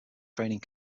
training